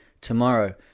tomorrow